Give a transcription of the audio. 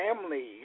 families